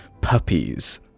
puppies